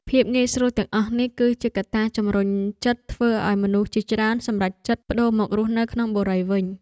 ភាពងាយស្រួលទាំងអស់នេះគឺជាកត្តាជម្រុញចិត្តធ្វើឱ្យមនុស្សជាច្រើនសម្រេចចិត្តប្តូរមករស់នៅក្នុងបុរីវិញ។